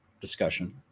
discussion